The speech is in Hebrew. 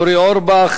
אורי אורבך.